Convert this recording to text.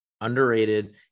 underrated